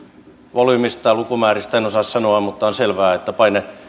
volyymista ja lukumääristä en osaa sanoa mutta on selvää että paine